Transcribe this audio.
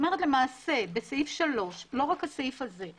כלומר בסעיף 3, לא רק הסעיף הזה,